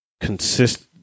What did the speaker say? consist